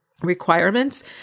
requirements